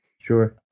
Sure